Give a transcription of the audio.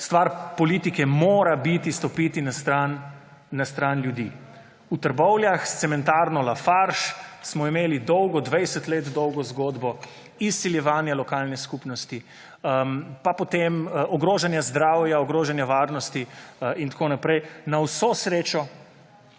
politika mora stopiti na strani ljudi. V Trbovljah smo imeli s cementarno Lafarge dolgo, 20 let dolgo zgodbo izsiljevanja lokalne skupnosti pa potem ogrožanja zdravja, ogrožanja varnosti in tako naprej. Na vso srečo